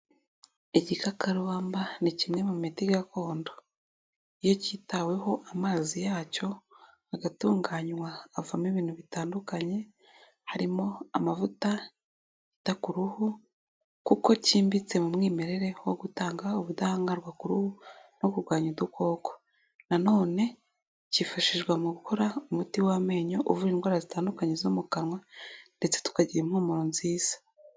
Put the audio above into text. Igikakarubamba ni kimwe mu miti gakondo. Iyo kitaweho amazi yacyo agatunganywa avamo ibintu bitandukanye, harimo amavuta yita ku ruhu kuko cyimbitse mu mwimerere wo gutanga ubudahangarwa ku ruhu no kurwanya udukoko. Na none kifashishwa mu gukora umuti w'amenyo uvura indwara zitandukanye zo mu kanwa ndetse tukagira impumuro nziza.